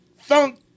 thunk